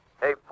hey